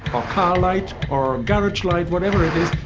car light or garage light, whatever it is,